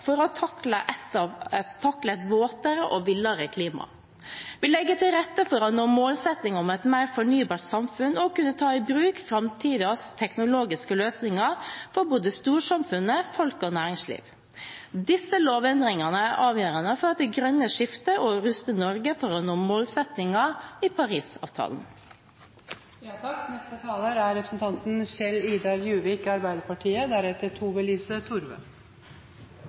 for å takle et våtere og villere klima. Vi legger til rette for å nå målsettinger om et mer fornybarbart samfunn og kunne ta i bruk framtidens teknologiske løsninger for både storsamfunnet, folk og næringsliv. Disse lovendringene er avgjørende for det grønne skiftet og for å ruste Norge til å nå målsettinger i